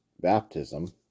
baptism